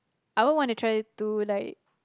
I won't want to try it to like